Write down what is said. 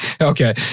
Okay